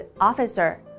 officer